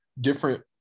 different